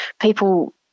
people